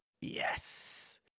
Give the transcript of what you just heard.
Yes